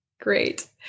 Great